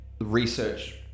research